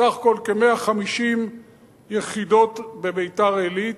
סך הכול כ-150 יחידות בביתר-עילית,